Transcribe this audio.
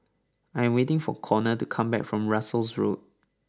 I am waiting for Conner to come back from Russels Road